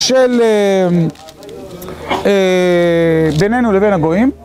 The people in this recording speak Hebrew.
של בינינו לבין הגויים.